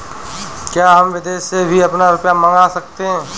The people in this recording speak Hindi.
क्या हम विदेश से भी अपना रुपया मंगा सकते हैं?